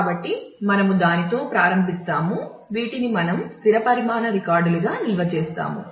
కాబట్టి మనము దానితో ప్రారంభిస్తామువీటిని మనం స్థిర పరిమాణ రికార్డులుగా నిల్వ చేసాము